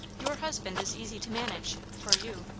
your husband is easy to manage for you.